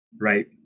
right